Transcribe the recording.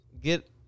get